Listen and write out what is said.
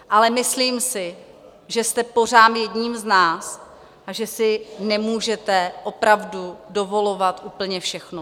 Ale myslím si, že jste pořád jedním z nás a že si nemůžete opravdu dovolovat úplně všechno.